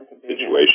situation